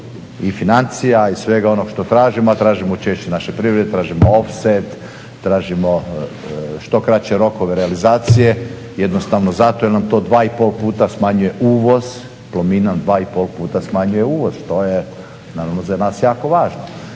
i financija i svega onoga što tražimo, a tražimo učešće naše privrede, tražimo offset, tražimo što kraće rokove realizacije jednostavno zato jer nam to 2,5 puta smanjuje uvoz, Plomin nam 2,5 puta smanjuje uvoz što je naravno za nas jako važno.